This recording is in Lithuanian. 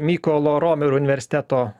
mykolo romerio universiteto